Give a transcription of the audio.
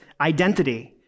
identity